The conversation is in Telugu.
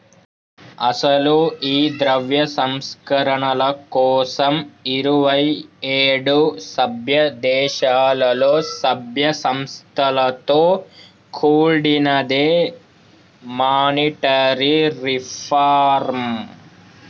అసలు ఈ ద్రవ్య సంస్కరణల కోసం ఇరువైఏడు సభ్య దేశాలలో సభ్య సంస్థలతో కూడినదే మానిటరీ రిఫార్మ్